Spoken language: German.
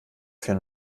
für